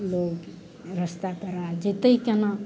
लोग रस्ता पेरा जेतय केना